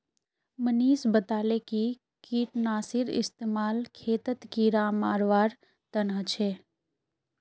मनीष बताले कि कीटनाशीर इस्तेमाल खेतत कीड़ा मारवार तने ह छे